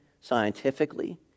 scientifically